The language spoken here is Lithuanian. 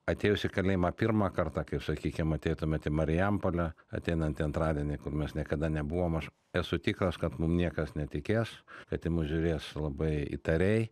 atėjus į kalėjimą pirmą kartą kaip sakykim ateitumėt į marijampolę ateinantį antradienį mes niekada nebuvom aš esu tikras kad mum niekas netikės kad į mus žiūrės labai įtariai